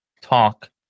talk